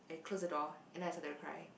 and close the door and then I started to cry